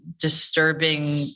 disturbing